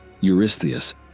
Eurystheus